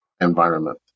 environment